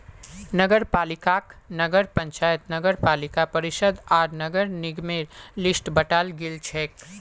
नगरपालिकाक नगर पंचायत नगरपालिका परिषद आर नगर निगमेर लिस्टत बंटाल गेलछेक